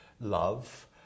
love